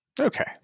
Okay